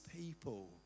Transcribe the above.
people